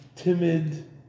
timid